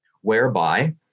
whereby